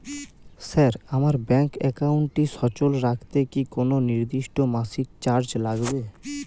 Sir আমার bank একাউন্টটি সচল রাখতে কি কোনো নির্দিষ্ট মাসিক চার্জ লাগবে?